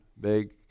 big